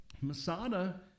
Masada